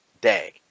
day